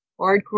Hardcore